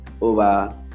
over